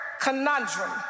conundrum